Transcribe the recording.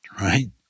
right